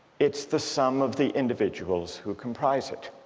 it's the sum of the individuals who comprise it